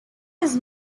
was